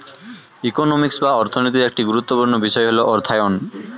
economics বা অর্থনীতির একটি গুরুত্বপূর্ণ বিষয় হল অর্থায়ন